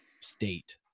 state